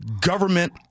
government